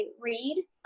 read